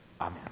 Amen